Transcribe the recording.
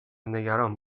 نگران